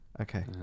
okay